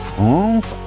France